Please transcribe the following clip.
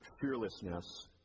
fearlessness